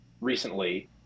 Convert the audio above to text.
recently